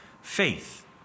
faith